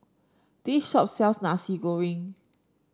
this shop sells Nasi Goreng